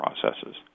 processes